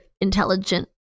intelligent